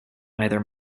either